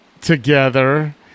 together